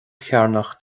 chearnach